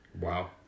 Wow